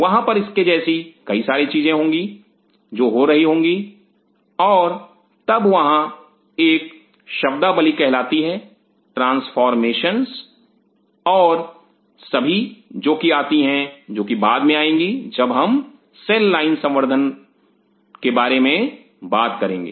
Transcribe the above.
वहां पर इसके जैसी कई सारी चीजें होंगी जो हो रही होंगी और तब वहां एक शब्दावली कहलाती है ट्रांसफॉरमेशंस और सभी जो कि आती हैं जो कि बाद में आएंगी जब हम सेल लाइन संवर्धन बारे में बात करेंगे